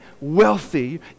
wealthy